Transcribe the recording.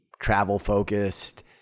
travel-focused